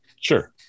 Sure